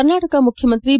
ಕರ್ನಾಟಕ ಮುಖ್ಯಮಂತ್ರಿ ಬಿ